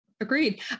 agreed